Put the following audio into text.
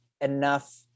enough